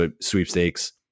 sweepstakes